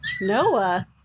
Noah